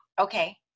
Okay